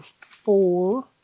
four